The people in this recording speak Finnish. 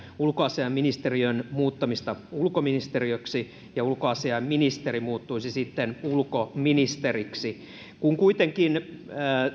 ulkoasiainministeriön muuttamista ulkoministeriöksi ja että ulkoasiainministeri muuttuisi ulkoministeriksi kuitenkin